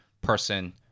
person